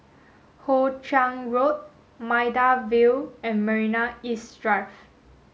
Hoe Chiang Road Maida Vale and Marina East Drive